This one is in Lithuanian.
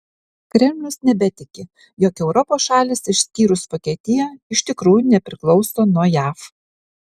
kremlius nebetiki jog europos šalys išskyrus vokietiją iš tikrųjų nepriklauso nuo jav